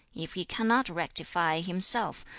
if he cannot rectify himself,